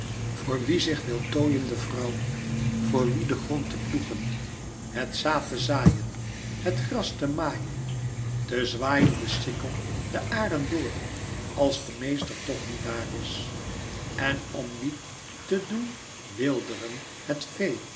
voor wie zich wil tooien de vrouw voor wie den grond te ploegen het zaad te zaaien het gras te maaien te zwaaien den sikkel de âren door als de meester toch niet daàr is en om wie te doen weelderen het vee